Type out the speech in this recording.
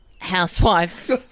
Housewives